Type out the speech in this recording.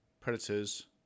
Predators